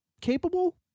capable